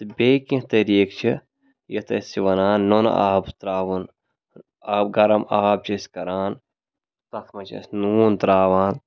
تہٕ بیٚیہِ کینٛہہ طٔریٖقہٕ چھِ یَتھ أسۍ چھِ وَنان نُنہٕ آب ترٛاوُن آب گَرَم آب چھِ أسۍ کَران تَتھ منٛز چھِ أسۍ نوٗن ترٛاوان